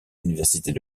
universités